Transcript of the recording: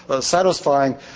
satisfying